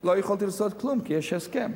לא יכולתי לעשות כלום, כי יש הסכם.